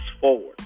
forward